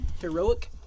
Heroic